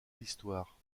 l’histoire